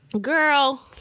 Girl